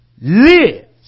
lives